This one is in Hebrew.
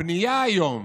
הבנייה היום